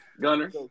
Gunner